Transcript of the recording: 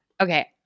Okay